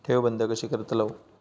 ठेव बंद कशी करतलव?